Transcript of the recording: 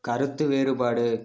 கருத்து வேறுபாடு